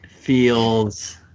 feels